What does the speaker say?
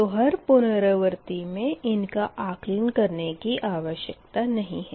तो हर पुनरावर्ती मे इनका आकलन करने की आवश्यकता नही है